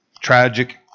Tragic